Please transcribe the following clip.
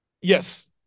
Yes